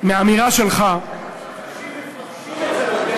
מאמירה שלך, אנשים מפרשים את זה בדרך הזאת.